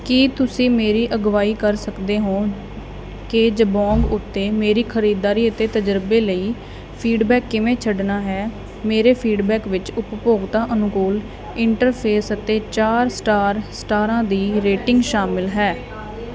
ਕੀ ਤੁਸੀਂ ਮੇਰੀ ਅਗਵਾਈ ਕਰ ਸਕਦੇ ਹੋ ਕਿ ਜਬੋਂਗ ਉੱਤੇ ਮੇਰੇ ਖਰੀਦਦਾਰੀ ਅਤੇ ਤਜਰਬੇ ਲਈ ਫੀਡਬੈਕ ਕਿਵੇਂ ਛੱਡਣਾ ਹੈ ਮੇਰੇ ਫੀਡਬੈਕ ਵਿੱਚ ਉਪਭੋਗਤਾ ਅਨੁਕੂਲ ਇੰਟਰਫੇਸ ਅਤੇ ਚਾਰ ਸਟਾਰ ਸਟਾਰਾਂ ਦੀ ਰੇਟਿੰਗ ਸ਼ਾਮਿਲ ਹੈ